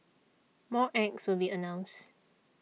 more acts will be announced